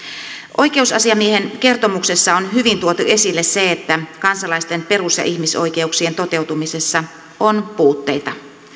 oikeusasiamiehen kertomuksessa on hyvin tuotu esille se että kansalaisten perus ja ihmisoikeuksien toteutumisessa on puutteita